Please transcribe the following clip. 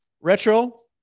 retro